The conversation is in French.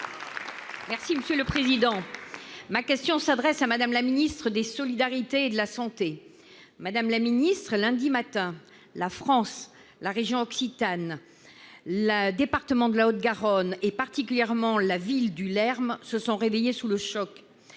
Les Républicains. Ma question s'adresse à Mme la ministre des solidarités et de la santé. Madame la ministre, lundi matin, la France, la région Occitanie, le département de la Haute-Garonne et particulièrement la ville du Lherm se sont réveillés sous le choc.